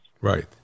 Right